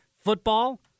football